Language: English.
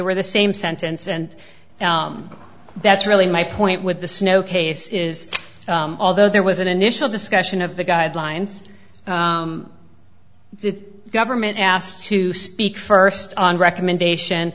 were the same sentence and that's really my point with the snow case is although there was an initial discussion of the guidelines government asked to speak first on recommendation